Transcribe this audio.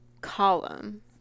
column